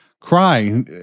cry